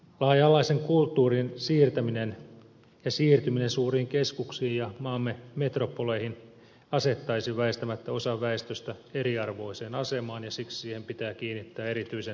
laaja alaisen kulttuurin siirtäminen ja siirtyminen suuriin keskuksiin ja maamme metropoleihin asettaisi väistämättä osan väestöstä eriarvoiseen asemaan ja siksi siihen pitää kiinnittää erityisen suurta huomiota